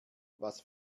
was